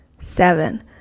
seven